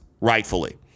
rightfully